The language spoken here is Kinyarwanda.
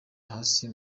hasi